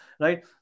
right